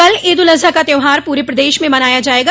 कल ईदुल अजहा का त्यौहार पूरे प्रदेश में मनाया जायेगा